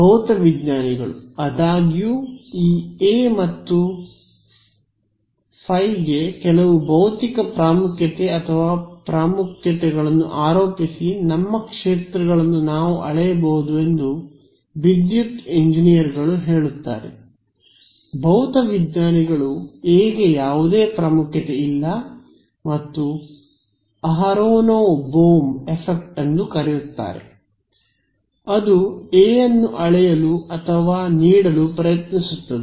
ಭೌತವಿಜ್ಞಾನಿಗಳು ಆದಾಗ್ಯೂ ಈ ಎ ಮತ್ತು to ಗೆ ಕೆಲವು ಭೌತಿಕ ಪ್ರಾಮುಖ್ಯತೆ ಅಥವಾ ಪ್ರಾಮುಖ್ಯತೆಯನ್ನು ಆರೋಪಿಸಿ ನಮ್ಮ ಕ್ಷೇತ್ರಗಳನ್ನು ನಾವು ಅಳೆಯಬಹುದು ಎಂದು ವಿದ್ಯುತ್ ಎಂಜಿನಿಯರ್ಗಳು ಹೇಳುತ್ತಾರೆ ಭೌತವಿಜ್ಞಾನಿಗಳು ಎ ಗೆ ಯಾವುದೇ ಪ್ರಾಮುಖ್ಯತೆ ಇಲ್ಲ ಮತ್ತು ಅಹರೋನೊವ್ ಬೋಮ್ ಎಫೆಕ್ಟ್ ಎಂದು ಕರೆಯುತ್ತಾರೆ ಅದು ಎ ಅನ್ನು ಅಳೆಯಲು ಅಥವಾ ನೀಡಲು ಪ್ರಯತ್ನಿಸುತ್ತದೆ